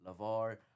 LaVar